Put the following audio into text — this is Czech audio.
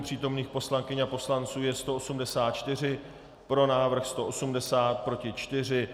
Přítomných poslankyň a poslanců je 184, pro návrh 180, proti 4.